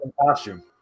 costume